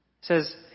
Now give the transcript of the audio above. Says